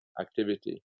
activity